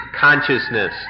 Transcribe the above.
consciousness